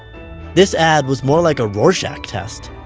this ad was more like a rorschach test.